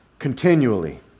continually